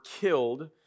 killed